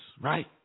right